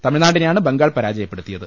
തമിഴ്നാടിനെയാണ് ബംഗാൾ പരാജയപ്പെടുത്തിയത്